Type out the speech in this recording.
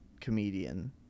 comedian